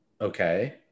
Okay